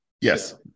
Yes